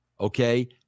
Okay